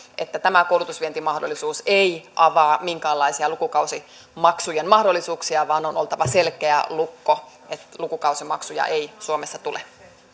että tämä koulutusvientimahdollisuus ei avaa minkäänlaisia lukukausimaksujen mahdollisuuksia on oltava selkeä lukko että lukukausimaksuja ei suomessa tule